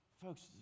Folks